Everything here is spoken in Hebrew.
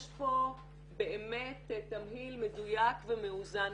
יש פה באמת תמהיל מדויק ומאוזן.